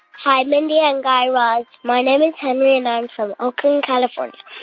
hi, mindy and guy raz. my name is henry, and i'm from oakland, calif. um yeah